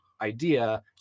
idea